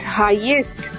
highest